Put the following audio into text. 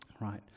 Right